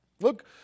Look